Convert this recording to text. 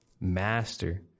master